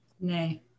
Nay